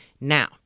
Now